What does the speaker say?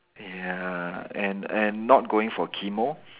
ya and and not going for chemo